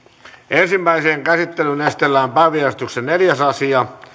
ensimmäiseen käsittelyyn esitellään päiväjärjestyksen neljäs asia